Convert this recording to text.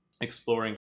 exploring